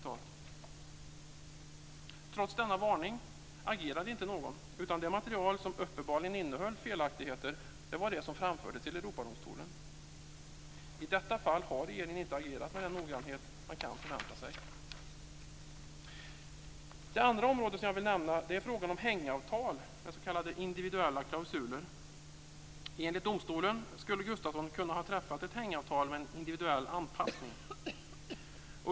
Trots denna varning agerade inte någon, utan det material som uppenbarligen innehöll felaktigheter var det som framfördes till Europadomstolen. I detta fall har regeringen inte agerat med den noggrannhet man kan förvänta sig. Det andra området som jag vill nämna är frågan om hängavtal med s.k. individuella klausuler. Enligt domstolen skulle Gustafsson ha kunnat träffa ett hängavtal med individuell anpassning.